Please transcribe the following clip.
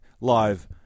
live